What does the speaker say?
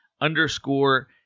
underscore